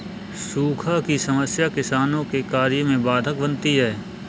सूखा की समस्या किसानों के कार्य में बाधक बनती है